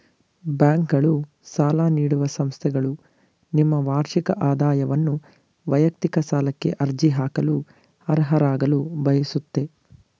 ಬ್ಯಾಂಕ್ಗಳು ಸಾಲ ನೀಡುವ ಸಂಸ್ಥೆಗಳು ನಿಮ್ಮ ವಾರ್ಷಿಕ ಆದಾಯವನ್ನು ವೈಯಕ್ತಿಕ ಸಾಲಕ್ಕೆ ಅರ್ಜಿ ಹಾಕಲು ಅರ್ಹರಾಗಲು ಬಯಸುತ್ತೆ